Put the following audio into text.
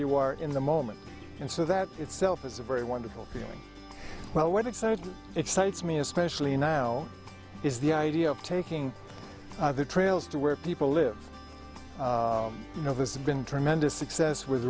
you are in the moment and so that itself is a very wonderful feeling well what excited excites me especially now is the idea of taking the trails to where people live you know this has been tremendous success with